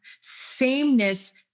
Sameness